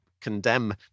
condemn